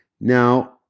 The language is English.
Now